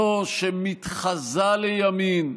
זו שמתחזה לימין,